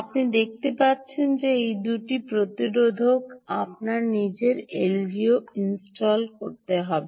আপনি দেখতে পাচ্ছেন যে এই দুটি প্রতিরোধক আপনার নিজের এলডিওতে ইনস্টল করতে হবে